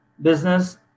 business